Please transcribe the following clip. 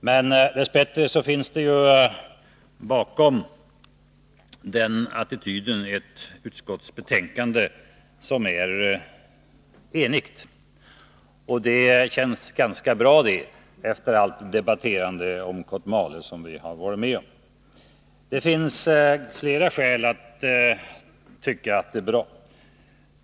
Men dess bättre finns det ju bakom den attityden ett utskottsbetänkande som är enigt, och det känns ganska bra, efter allt debatterande om Kotmale som vi har varit med om. Det finns flera skäl att tycka att det är bra.